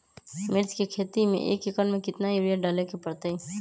मिर्च के खेती में एक एकर में कितना यूरिया डाले के परतई?